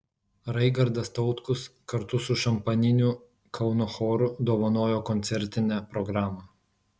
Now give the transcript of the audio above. raigardas tautkus kartu su šampaniniu kauno choru dovanojo koncertinę programą